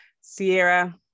Sierra